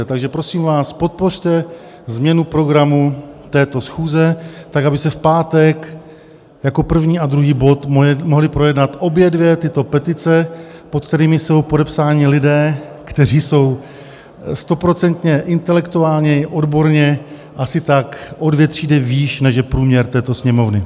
Takže prosím vás, podpořte změnu programu této schůze tak, aby se v pátek jako první a druhý bod mohly projednat obě dvě tyto petice, pod kterými jsou podepsáni lidé, kteří jsou stoprocentně intelektuálně i odborně asi tak o dvě třídy výš, než je průměr této Sněmovny.